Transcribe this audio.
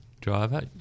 driver